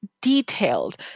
detailed